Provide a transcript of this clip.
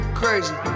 crazy